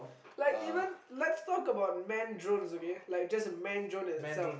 like even let's talk about man drones okay just man drones itself